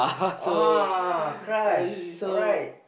ah !huh! crush alright